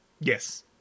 Yes